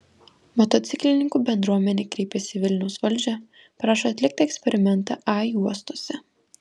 motociklininkų bendruomenė kreipėsi į vilniaus valdžią prašo atlikti eksperimentą a juostose